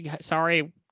sorry